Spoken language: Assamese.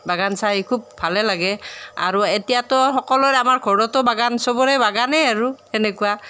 বাগান চাই খুব ভালে লাগে আৰু এতিয়াতো সকলোৰে আমাৰ ঘৰতো বাগান সবৰে বাগানেই আৰু সেনেকুৱা